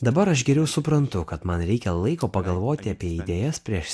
dabar aš geriau suprantu kad man reikia laiko pagalvoti apie idėjas prieš